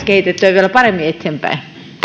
kehitettyä vielä paremmin eteenpäin